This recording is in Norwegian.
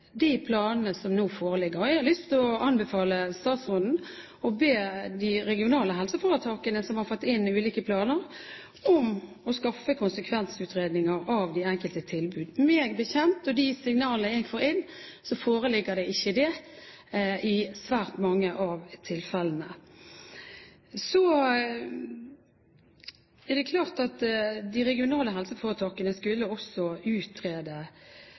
de planene som nå foreligger, skal konsekvensutredes. Jeg har lyst til å anbefale statsråden å be de regionale helseforetakene som har fått inn ulike planer, om å skaffe konsekvensutredninger av de enkelte tilbud. Meg bekjent og ut fra de signaler jeg får inn, foreligger ikke det i svært mange av tilfellene. Så er det klart at de regionale helseforetakene også skulle utrede fødetilbudene, sammen med kommunene. Det sluttet også